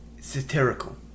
satirical